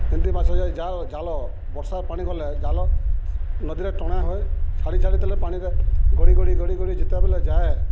ଏନ୍ତି ମାଛ ଯାଏ ଜାଲ ଜାଲ ବର୍ଷା ପାଣି ଗଲେ ଜାଲ ନଦୀରେ ଟଣାହୁଏ ଛାଡ଼ି ଛାଡ଼ିଦେଲେ ପାଣିରେ ଗଡ଼ିି ଗଡ଼ିି ଗଡ଼ି ଗଡ଼ିି ଯେତେବେଲେ ଯାଏ